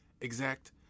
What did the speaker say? exact